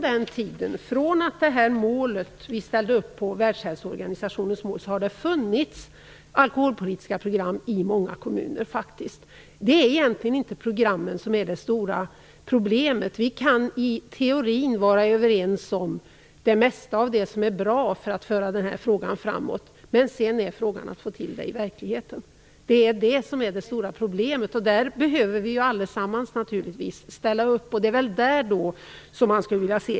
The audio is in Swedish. Sedan vi ställde upp på Världshälsoorganisationens mål har det funnits alkoholpolitiska program i många kommuner. Det är egentligen inte programmen som är det stora problemet. Vi kan i teorin vara överens om det mesta av det som är bra när det gäller att föra denna fråga framåt, men sedan gäller det att få till det i verkligheten. Det är det som är det stora problemet. Naturligtvis behöver vi allesammans ställa upp.